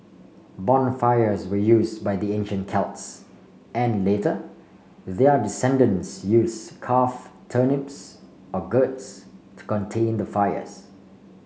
bonfires were use by the ancient Celts and later their descendents use carve turnips or gourds to contain the fires